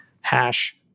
hash